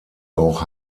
auch